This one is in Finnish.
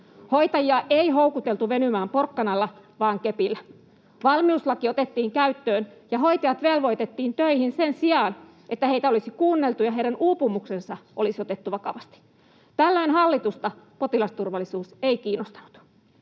Hoitajia ei houkuteltu venymään porkkanalla vaan kepillä. Valmiuslaki otettiin käyttöön, ja hoitajat velvoitettiin töihin sen sijaan, että heitä olisi kuunneltu ja heidän uupumuksensa olisi otettu vakavasti. Tällöin hallitusta ei potilasturvallisuus kiinnostanut.